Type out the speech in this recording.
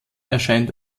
erscheint